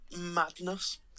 madness